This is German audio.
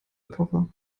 epoche